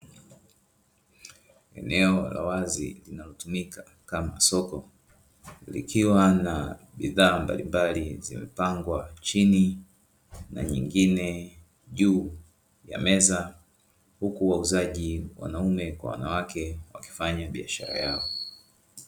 Eneo la wazi linalotumika kama soko likiwa na bidhaa mbalimbali zimepangwa chini na nyingine juu ya meza. Huku wauzaji wanaume na wanawake wakifanya biashara yao.